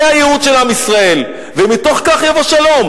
זה הייעוד של עם ישראל, ומתוך כך יבוא שלום.